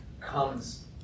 comes